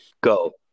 go